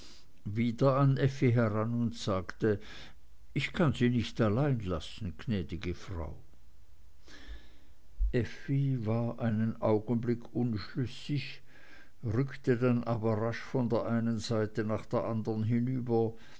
wieder an effi heran und sagte ich kann sie nicht allein lassen gnäd'ge frau effi war einen augenblick unschlüssig rückte dann aber rasch von der einen seite nach der anderen hinüber